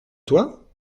toi